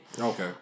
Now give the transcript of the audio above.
Okay